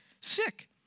sick